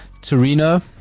Torino